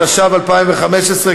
התשע"ו 2015,